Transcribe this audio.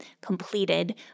completed